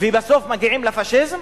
ובסוף מגיעים לפאשיזם,